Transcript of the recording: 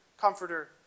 comforter